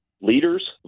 leaders